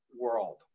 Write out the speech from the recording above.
world